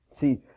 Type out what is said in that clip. See